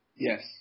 Yes